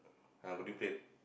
ah Marine-Parade